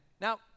Now